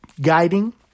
guiding